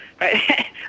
right